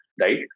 right